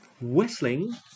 whistling